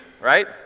right